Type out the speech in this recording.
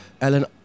Ellen